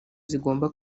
zigomba